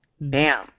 Bam